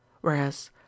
Whereas